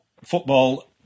football